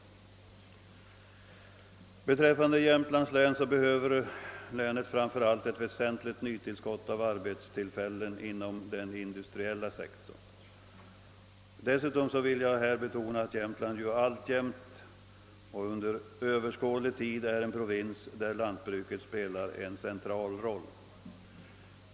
Beträffande Jämtland är det så att länet framför allt behöver ett väsentligt nytillskott av arbetstillfällen inom den industriella sektorn. Dessutom vill jag här betona att Jämtland alltjämt och under överskådlig tid är en provins där lantbruket spelar en central roll.